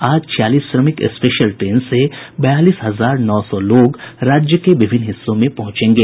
आज छियालीस श्रमिक स्पेशल ट्रेन से बयालीस हजार नौ सौ लोग राज्य के विभिन्न हिस्सों में पहुंचेंगे